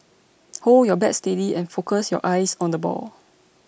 hold your bat steady and focus your eyes on the ball